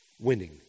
winning